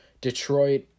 Detroit